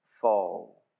fall